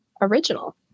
original